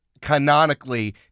canonically